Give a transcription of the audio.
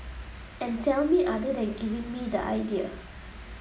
and tell me other than giving me the idea